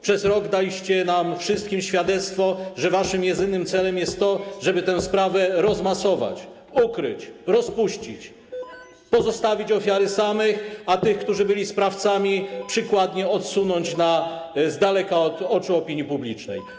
Przez rok daliście nam wszystkim świadectwo, że waszym jedynym celem jest to, żeby tę sprawę rozmasować, ukryć, rozpuścić, żeby pozostawić ofiary same, a tych, którzy byli sprawcami, przykładnie odsunąć od oczu opinii publicznej.